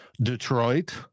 Detroit